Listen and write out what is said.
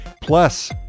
Plus